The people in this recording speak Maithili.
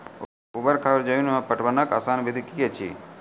ऊवर खाबड़ जमीन मे पटवनक आसान विधि की ऐछि?